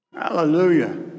Hallelujah